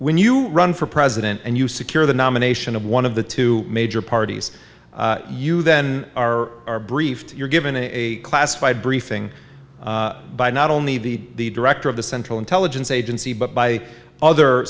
when you run for president and you secure the nomination of one of the two major parties you then are are briefed you're given a classified briefing by not only the director of the central intelligence agency but by other